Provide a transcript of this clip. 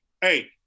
hey